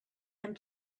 and